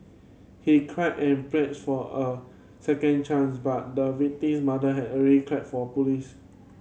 he cried and pleaded for a second chance but the victim's mother had already for police